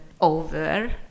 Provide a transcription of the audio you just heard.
over